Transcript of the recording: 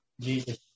Jesus